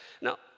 Now